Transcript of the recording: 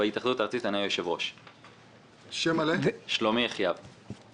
המכרז שלנו של קווי השומרון לצערי תקוע מזה תקופה ארוכה.